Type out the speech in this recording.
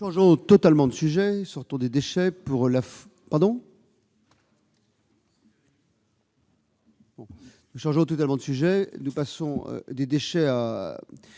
Nous changeons totalement de sujet ; nous passons des déchets à